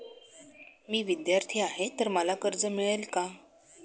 मी विद्यार्थी आहे तर मला कर्ज मिळेल का?